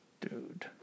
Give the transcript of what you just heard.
dude